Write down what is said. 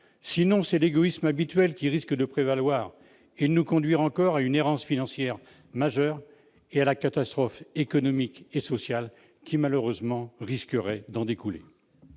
Sinon, c'est l'égoïsme habituel qui risque de prévaloir et de nous conduire, une fois encore, à une errance financière majeure et à la catastrophe économique et sociale qui, malheureusement, risquerait d'en découler.